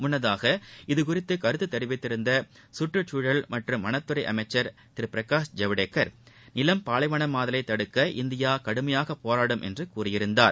முன்னதாக இது குறித்து கருத்து தெரிவித்திருந்த கற்றுச்சூழல் மற்றும் வனத்துறை அமைச்சர் திரு பிரகாஷ் ஜவடேகர் நிலம் பாலைவனமாதலை தடுக்க இந்தியா கடுமையாக போராடும் என்று கூறியிருந்தார்